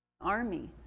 army